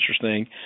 interesting